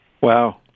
Wow